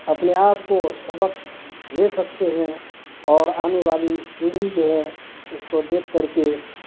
اپنے آپ کو سبق لے سکتے ہیں اور آنے والی پیڑھی جو ہے اس کو دیکھ کر کے